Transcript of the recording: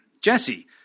Jesse